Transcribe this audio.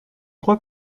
crois